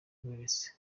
reuters